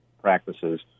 practices